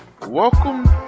welcome